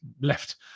left